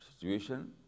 situation